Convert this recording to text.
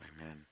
Amen